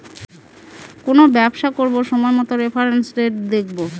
কোনো ব্যবসা করবো সময় মতো রেফারেন্স রেট দেখাবো